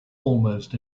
almost